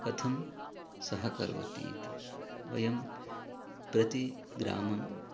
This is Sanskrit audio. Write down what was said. कथं सहकरोति इति वयं प्रति ग्रामम्